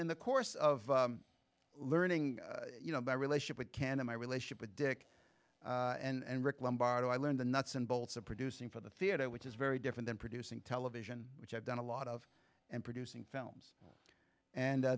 then the course of learning you know by relationship with canon my relationship with dick and ric lombardo i learned the nuts and bolts of producing for the theater which is very different than producing television which i've done a lot of and producing films and